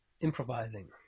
improvising